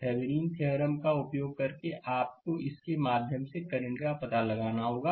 Thevenin theorem का उपयोग करके आपको इसके माध्यम से करंट का पता लगाना होगा